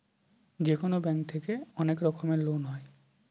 যেকোনো ব্যাঙ্ক থেকে অনেক রকমের লোন হয়